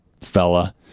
fella